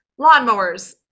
lawnmowers